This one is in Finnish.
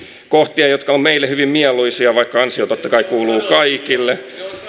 kohtia jotka ovat meille hyvin mieluisia vaikka ansio totta kai kuuluu kaikille